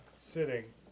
sitting